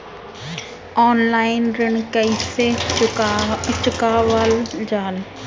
Offline ऋण कइसे चुकवाल जाला?